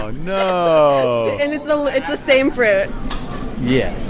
ah no and it's the same fruit yeah,